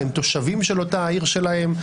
הם תושבים של אותה העיר שלהם.